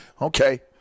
Okay